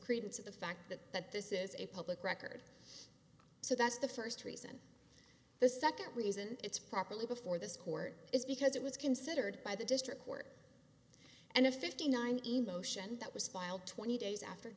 credence to the fact that that this is a public record so that's the first reason the second reason it's properly before this court is because it was considered by the district court and a fifty nine emotion that was filed twenty days after